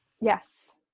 Yes